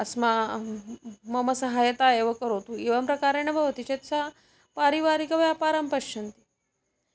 अस्मा मम सहायताम् एव करोतु एवं प्रकारेण भवति चेत् सा पारिवारिकव्यापारं पश्यन्ति